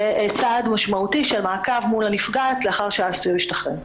זה צעד משמעותי של מעקב מול הנפגעת לאחר שהאסיר השתחרר.